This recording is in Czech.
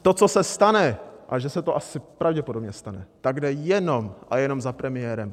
To, co se stane a že se to asi pravděpodobně stane jde jenom a jenom za premiérem.